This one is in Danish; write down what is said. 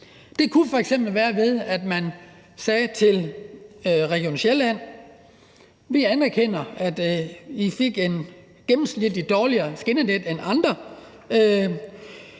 Det kunne f.eks. være ved, at man sagde til Region Sjælland: Vi anerkender, at I fik et gennemsnitligt dårligere skinnenet end andre